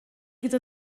gyda